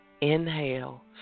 Inhale